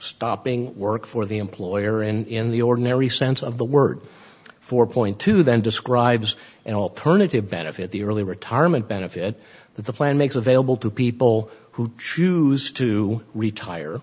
stopping work for the employer in the ordinary sense of the word four point two then describes an alternative benefit the early retirement benefit that the plan makes available to people who choose to retire